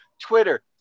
Twitter